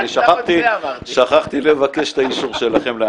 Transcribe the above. אני שכחתי לבקש את האישור שלכם.